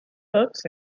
books